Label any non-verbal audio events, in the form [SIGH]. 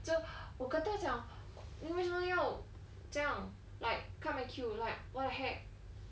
就我跟她讲 [NOISE] 这样 like cut my queue like what the heck